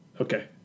Okay